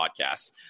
podcasts